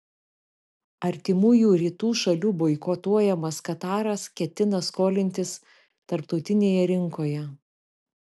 artimųjų rytų šalių boikotuojamas kataras ketina skolintis tarptautinėje rinkoje